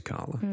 Carla